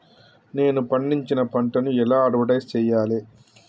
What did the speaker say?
నేను పండించిన పంటను ఎలా అడ్వటైస్ చెయ్యాలే?